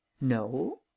no